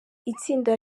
itsinda